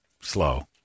slow